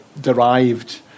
derived